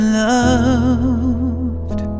loved